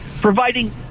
providing